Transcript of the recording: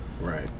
Right